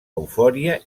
eufòria